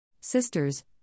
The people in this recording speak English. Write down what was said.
Sisters